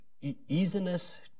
easiness